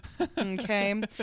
Okay